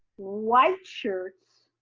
white shirts,